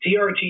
TRT